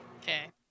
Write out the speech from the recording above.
Okay